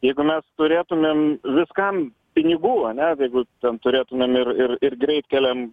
jeigu mes turėtumėm viskam pinigų ane jeigu ten turėtumėm ir ir ir greitkeliam